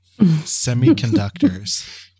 Semiconductors